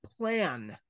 plan